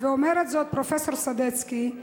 ואומרת זאת פרופסור סדצקי,